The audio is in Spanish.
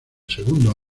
segundo